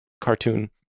cartoon